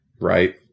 right